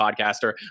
podcaster